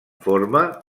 forma